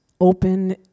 open